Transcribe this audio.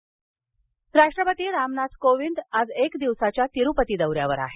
राष्ट्रपती राष्ट्रपती रामनाथ कोविंद आज एक दिवसाच्या तिरुपती दौऱ्यावर आहेत